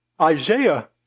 Isaiah